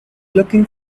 looking